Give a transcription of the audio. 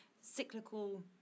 cyclical